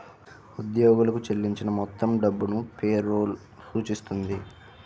ఉద్యోగులకు చెల్లించిన మొత్తం డబ్బును పే రోల్ సూచిస్తుంది